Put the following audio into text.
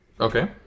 Okay